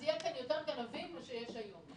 שזה שייך לעובדים שמייצרים את זה.